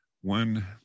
one